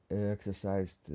exercised